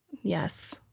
Yes